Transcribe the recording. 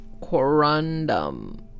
corundum